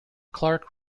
clarke